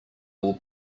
will